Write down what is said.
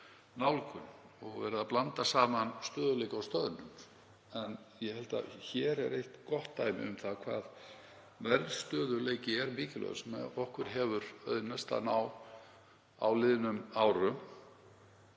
nálgun og verið að blanda saman stöðugleika og stöðnun. Hér er eitt gott dæmi um það hvað verðstöðugleiki er mikilvægur, sem okkur hefur auðnast að ná á liðnum árum,